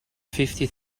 fifty